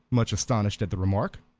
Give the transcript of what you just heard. much astonished at the remark.